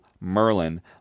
Merlin